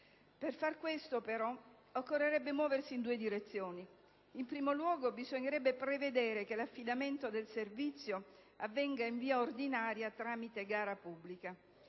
Per fare questo però occorrerebbe muoversi in due direzioni: in primo luogo bisognerebbe prevedere che l'affidamento del servizio avvenga in via ordinaria tramite gara pubblica;